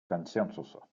консенсуса